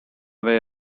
way